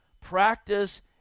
practice